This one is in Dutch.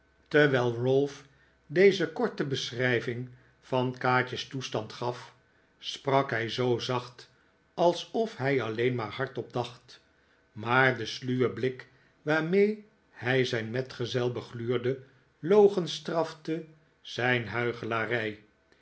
terwijl ralph deze korte beschrijving van kaatje's toestartd gaf sprak hij zoo zacht alsof hij alleen maar hardop dacht maar de sluwe blik waarmee hij zijn metgezel begluurde logenstrafte zijn